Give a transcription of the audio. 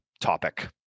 topic